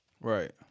Right